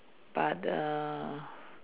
but err